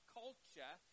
culture